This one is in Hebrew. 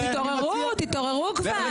תתעוררו, תתעוררו כבר, פשוט תתעוררו.